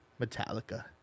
metallica